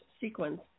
sequence